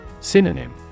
Synonym